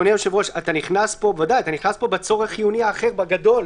אתה נכנס פה ב"צורך חיוני אחר" בגדול,